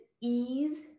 ease